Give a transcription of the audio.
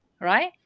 right